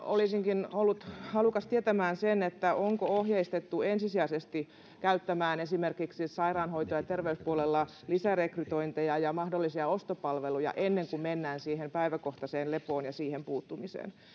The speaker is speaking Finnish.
olisinkin ollut halukas tietämään onko ohjeistettu ensisijaisesti käyttämään esimerkiksi sairaanhoito ja terveyspuolella lisärekrytointeja ja mahdollisia ostopalveluja ennen kuin mennään siihen päiväkohtaiseen lepoon ja siihen puuttumisen